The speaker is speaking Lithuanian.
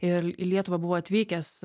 ir į lietuvą buvo atvykęs